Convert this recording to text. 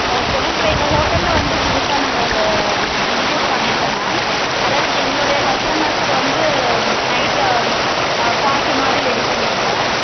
okay ma'am இப்போ எங்கள் ஹோட்டலில் வந்து புதுசாக நாங்கள் இந்த இன்டிட்யூஸ் பண்ணியிருக்கோம் மேம் அதாவது எங்களோடைய கஸ்டமருக்கு வந்து நைட்டு பார்ட்டி மாதிரி ரெடி பண்ணியிருக்கோம்